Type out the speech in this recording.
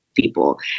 people